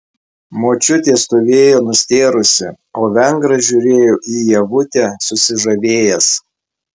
močiutė stovėjo nustėrusi o vengras žiūrėjo į ievutę susižavėjęs